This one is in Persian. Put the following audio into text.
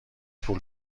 پول